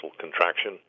contraction